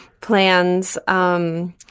plans